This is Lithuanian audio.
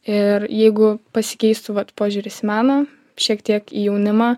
ir jeigu pasikeistų vat požiūris į meną šiek tiek į jaunimą